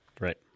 right